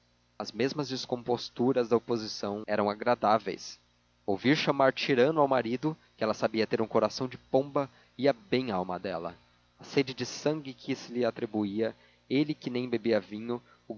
as mesmas descomposturas da oposição eram agradáveis ouvir chamar tirano ao marido que ela sabia ter um coração de pomba ia bem à alma dela a sede de sangue que se lhe atribuía ele que nem bebia vinho